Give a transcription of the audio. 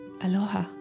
Aloha